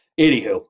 Anywho